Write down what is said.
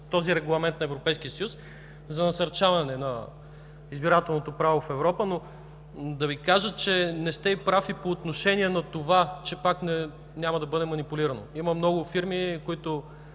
този Регламент на Европейския съюз за насърчаване на избирателното право в Европа, но да Ви кажа, че не сте и прав и по отношение на това, че пак няма да бъде манипулирано. Има много фирми, които